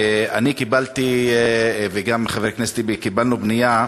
אני וגם חבר הכנסת טיבי קיבלנו פנייה